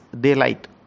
daylight